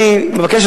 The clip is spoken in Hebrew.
אני מבקש,